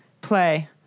play